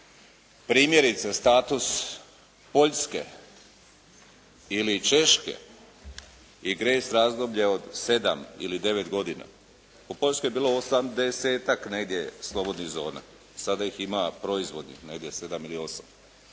primjerice status Poljske ili Češke i grace razdoblje od 7 ili 9 godina. U Poljskoj je bilo osamdesetak negdje slobodnih zona. Sada ih ima proizvodnih negdje 7 ili 8.